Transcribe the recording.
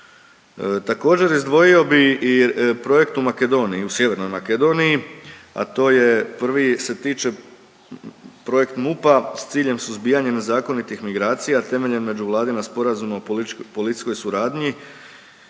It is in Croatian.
Također izdvojio bi i projekt u Makedoniji, u sjevernoj Makedoniji, a to je prvi se tiče projekt MUP-a s ciljem suzbijanja nezakonitih migracija temeljem međuvladina sporazuma o policijskoj suradnji,